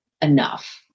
enough